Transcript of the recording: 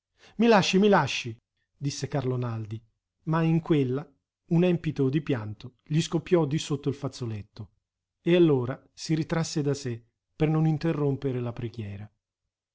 i lasci mi lasci disse carlo naldi ma in quella un empito di pianto gli scoppiò di sotto il fazzoletto e allora si ritrasse da sé per non interrompere la preghiera